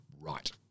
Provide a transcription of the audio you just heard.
right